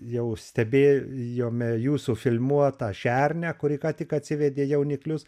jau stebėjome jūsų filmuotą šernę kuri ką tik atsivedė jauniklius